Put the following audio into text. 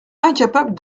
incapable